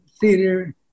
theater